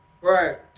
right